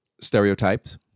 stereotypes